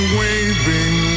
waving